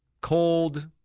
Cold